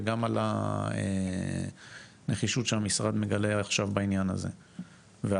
וגם על הנחישות שהמשרד מגלה עכשיו בעניין הזה וההבנה,